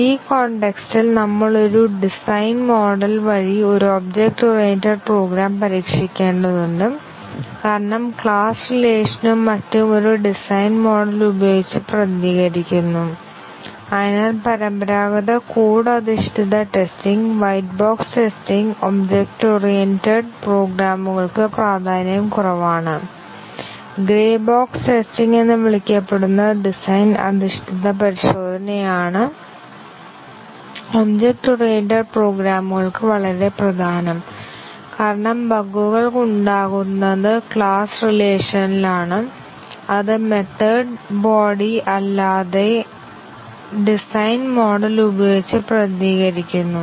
ഈ കോൺടെക്സ്റ്റ് ഇൽ നമ്മൾ ഒരു ഡിസൈൻ മോഡൽ വഴി ഒരു ഒബ്ജക്റ്റ് ഓറിയന്റഡ് പ്രോഗ്രാം പരീക്ഷിക്കേണ്ടതുണ്ട് കാരണം ക്ലാസ്സ് റിലേഷനും മറ്റും ഒരു ഡിസൈൻ മോഡൽ ഉപയോഗിച്ച് പ്രതിനിധീകരിക്കുന്നു അതിനാൽ പരമ്പരാഗത കോഡ് അധിഷ്ഠിത testing white box testing object oriented പ്രോഗ്രാമുകൾക്ക് പ്രാധാന്യം കുറവാണ് ഗ്രേ ബോക്സ് ടെസ്റ്റിംഗ് എന്ന് വിളിക്കപ്പെടുന്ന ഡിസൈൻ അധിഷ്ഠിത പരിശോധനയാണ് ഒബ്ജക്റ്റ് ഓറിയന്റഡ് പ്രോഗ്രാമുകൾക്ക് വളരെ പ്രധാനം കാരണം ബഗുകൾ ഉണ്ടാകുന്നത് ക്ലാസ് റിലേഷനിൽ ആണ് അത് മെത്തേഡ് ബോഡി അല്ലാതെ ഡിസൈൻ മോഡൽ ഉപയോഗിച്ച് പ്രതിനിധീകരിക്കുന്നു